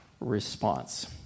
response